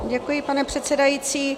Děkuji, pane předsedající.